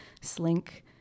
slink